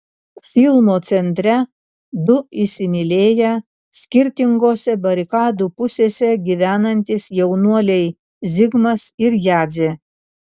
filmo centre du įsimylėję skirtingose barikadų pusėse gyvenantys jaunuoliai zigmas ir jadzė